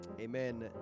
amen